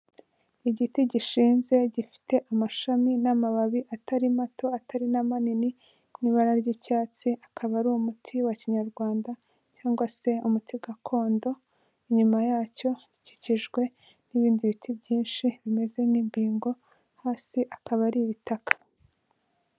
Igiti gishinze gifite amashami n'amababi atari mato atari na manini mu ibara ry'icyatsi, akaba ari umuti wa Kinyarwanda cyangwa se umuti gakondo, inyuma yacyo gikikijwe n'ibindi biti byinshi bimeze nk'imbingo, hasi akaba ari ibitaka.